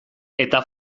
eta